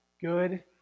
good